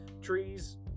Trees